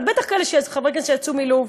אבל בטח לחברי כנסת שיצאו מלוב,